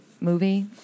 movie